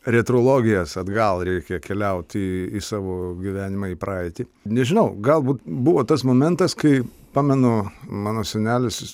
retrologijas atgal reikia keliauti į savo gyvenimą į praeitį nežinau galbūt buvo tas momentas kai pamenu mano senelis jis